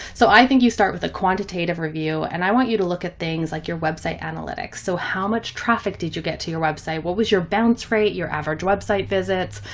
so i think you start with a quantitative review, and i want you to look at things like your website analytics. so how much traffic did you get to your website? what was your bounce rate, your average website visits,